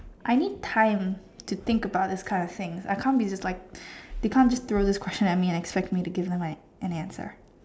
I need time to think about this kind of things I can't be just like you can't just throw this question at me and expect me to give you like an answer